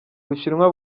bushinwa